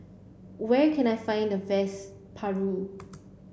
where can I find the best Paru